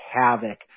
havoc